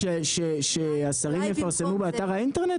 שהשרים יפרסמו באתר האינטרנט?